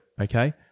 okay